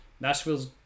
Nashville's